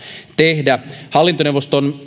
tehdä hallintoneuvoston